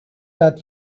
that